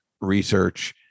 research